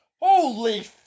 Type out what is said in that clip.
holy